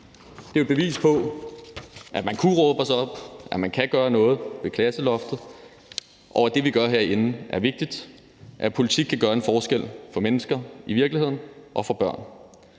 Det er jo et bevis på, at man kunne råbe os op, at man kan gøre noget ved klasseloftet, og at det, vi gør herinde, er vigtigt, at politik kan gøre en forskel for mennesker i virkeligheden og for børn.